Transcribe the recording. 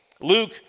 Luke